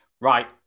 Right